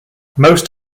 most